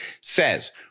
says